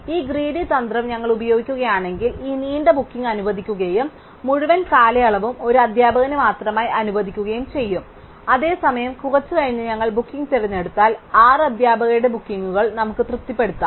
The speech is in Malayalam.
അതിനാൽ ഈ ഗ്രീഡി തന്ത്രം ഞങ്ങൾ ഉപയോഗിക്കുകയാണെങ്കിൽ ഞങ്ങൾ ഈ നീണ്ട ബുക്കിംഗ് അനുവദിക്കുകയും മുഴുവൻ കാലയളവും ഒരു അദ്ധ്യാപകന് മാത്രമായി അനുവദിക്കുകയും ചെയ്യും അതേസമയം കുറച്ച് കഴിഞ്ഞ് ഞങ്ങൾ ബുക്കിംഗ് തിരഞ്ഞെടുത്താൽ ആറ് അധ്യാപകരുടെ ബുക്കിംഗുകൾ നമുക്ക് തൃപ്തിപ്പെടുത്താം